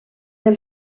del